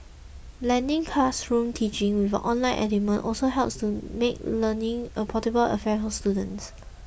blending classroom teaching with an online element also helps to make learning a portable affair for students